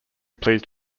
pleased